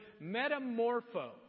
metamorpho